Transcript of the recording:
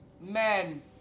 men